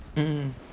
mm